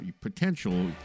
potential